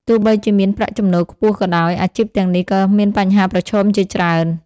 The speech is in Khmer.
ទោះបីជាមានប្រាក់ចំណូលខ្ពស់ក៏ដោយ អាជីពទាំងនេះក៏មានបញ្ហាប្រឈមជាច្រើន។